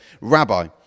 Rabbi